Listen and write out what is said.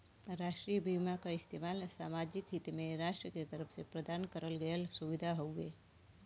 राष्ट्रीय बीमा क इस्तेमाल सामाजिक हित में राष्ट्र के तरफ से प्रदान करल गयल सुविधा हउवे